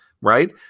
right